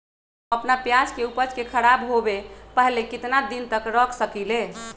हम अपना प्याज के ऊपज के खराब होबे पहले कितना दिन तक रख सकीं ले?